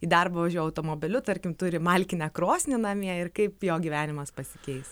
į darbą važiuoja automobiliu tarkim turi malkinę krosnį namie ir kaip jo gyvenimas pasikeis